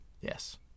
Yes